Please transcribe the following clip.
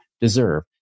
deserve